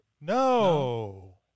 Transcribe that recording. No